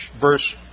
verse